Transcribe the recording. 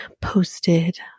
posted